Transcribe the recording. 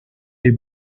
des